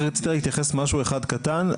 להתייחס במשהו אחד קטן.